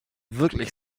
wirklich